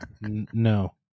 No